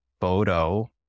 photo